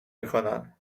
میکنن